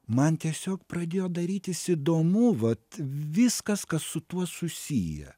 man tiesiog pradėjo darytis įdomu vat viskas kas su tuo susiję